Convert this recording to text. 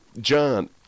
John